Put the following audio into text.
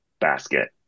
basket